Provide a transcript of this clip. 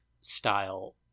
style